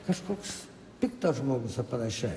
kažkoks piktas žmogus ar panašiai